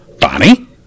Bonnie